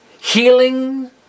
Healing